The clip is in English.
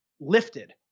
lifted